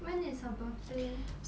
when is her birthday